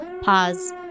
pause